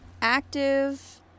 active